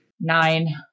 Nine